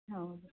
ಹೌದೂ